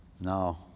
No